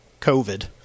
COVID